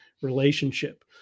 Relationship